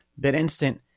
BitInstant